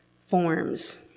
forms